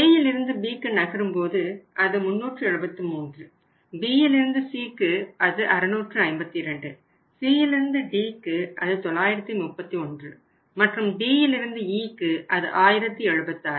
Aயிலிருந்து Bக்கு நகரும்போது அது 373 Bயிலிருந்து Cக்கு அது 652 Cயிலிருந்து Dக்கு அது 931 மற்றும் Dயிலிருந்து Eக்கு அது 1076